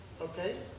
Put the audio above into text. Okay